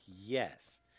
yes